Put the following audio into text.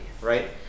right